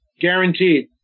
Guaranteed